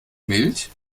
milch